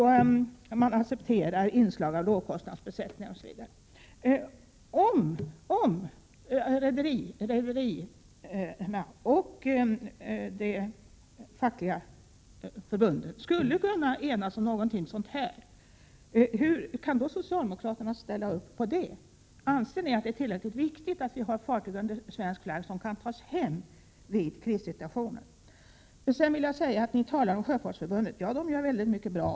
Vidare accepterar man inslag av lågkostnadsbesättningar, osv. Om rederierna och det fackliga förbundet skulle kunna enas om någonting sådant — kan socialdemokraterna då ställa upp på det? Anser ni att det är tillräckligt viktigt att vi har fartyg under svensk flagg som kan tas hem i krissituationer? Ni talar om Sjöfolksförbundet — det har bra åsikter och gör mycket bra.